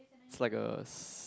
is like a